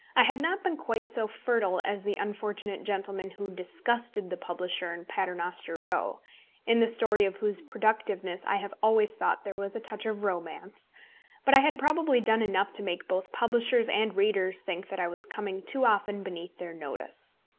i had not been quite so fertile as the unfortunate gentleman who disgusted the publisher in paternoster row in the story of whose productiveness i have always thought there was a touch of romance but i had probably done enough to make both publishers and readers think that i was coming too often beneath their notice.